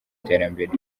iterambere